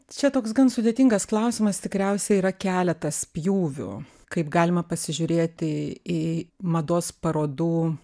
čia toks gan sudėtingas klausimas tikriausiai yra keletas pjūvių kaip galima pasižiūrėti į mados parodų